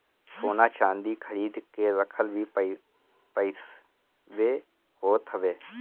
सोना चांदी खरीद के रखल भी पईसवे होत हवे